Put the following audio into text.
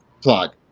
plug